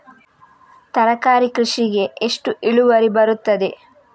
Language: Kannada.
ತರಕಾರಿ ಕೃಷಿಗೆ ಎಷ್ಟು ಇಳುವರಿ ಬರುತ್ತದೆ?